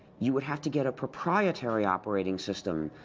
you would have to get a proprietory operating system.